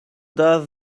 does